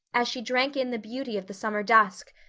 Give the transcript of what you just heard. as she drank in the beauty of the summer dusk,